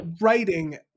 writing